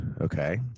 okay